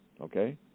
Okay